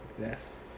yes